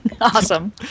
Awesome